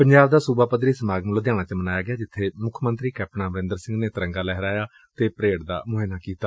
ਪੰਜਾਬ ਦਾ ਸੂਬਾ ਪੱਧਰੀ ਸਮਾਗਮ ਲੁਧਿਆਣਾ ਚ ਮਨਾਇਆ ਗਿਆ ਜਿੱਬੇ ਮੁੱਖ ਮੰਤਰੀ ਕੈਪਟਨ ਅਮਰਿੰਦਰ ਸਿੰਘ ਨੇ ਤਿਰੰਗਾ ਲਹਿਰਾਇਆ ਅਤੇ ਪਰੇਡ ਦਾ ਮੁਆਇਨਾ ਕੀਤਾ